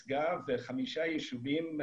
משגב וחמישה יישובים,